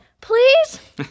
Please